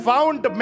Found